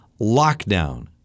lockdown